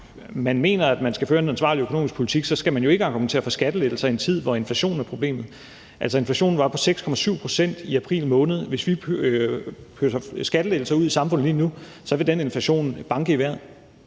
man mener, man skal føre en ansvarlig økonomisk politik, så synes jeg ikke, man skal argumentere for skattelettelser i en tid, hvor inflationen er problemet. Altså, inflationen var på 6,7 pct. i april måned. Hvis vi pøser skattelettelser ud i samfundet lige nu, vil den inflation banke i vejret.